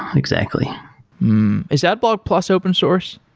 exactly is adblock plus open source?